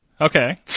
Okay